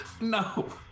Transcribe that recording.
no